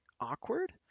awkward